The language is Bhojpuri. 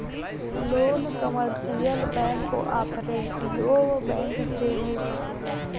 loan commercial bank cooperative bank से मिल सकेला